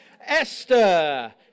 Esther